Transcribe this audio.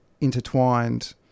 intertwined